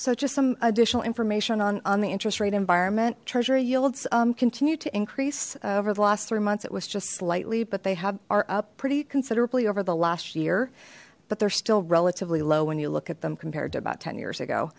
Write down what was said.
so just some additional information on on the interest rate environment treasury yields continue to increase over the last three months it was just slightly but they have are up pretty considerably over the last year but they're still relatively low when you look at them compared to about ten years ago